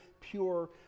pure